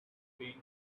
spain